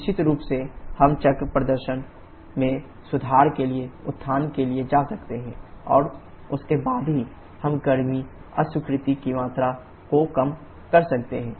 निश्चित रूप से हम चक्र प्रदर्शन में सुधार के लिए उत्थान के लिए जा सकते हैं और उसके बाद ही हम गर्मी अस्वीकृति की मात्रा को कम कर सकते हैं